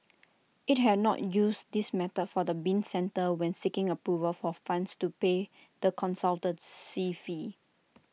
IT had not used this method for the bin centre when seeking approval for funds to pay the consultancy fee